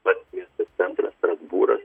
pats miesto centras strasbūras